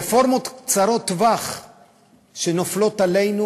רפורמות קצרות טווח שנופלות עלינו